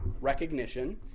recognition